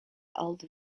old